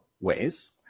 ways